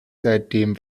seitdem